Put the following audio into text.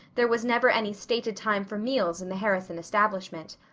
there was never any stated time for meals in the harrison establishment.